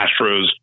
Astros